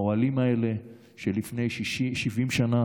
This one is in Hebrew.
האוהלים האלה של לפני 70 שנה